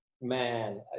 Man